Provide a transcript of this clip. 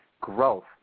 growth